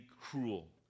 cruel